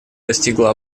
достигло